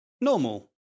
normal